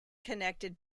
connected